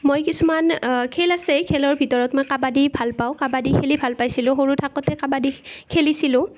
মই কিছুমান খেল আছে খেলৰ ভিতৰত মই কাবাডী ভাল পাওঁ কাবাডী খেলি ভাল পাইছিলোঁ সৰু থাকোঁতে কাবাডী খেলিছিলোঁও